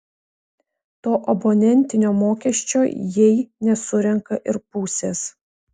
to abonentinio mokesčio jei nesurenka ir pusės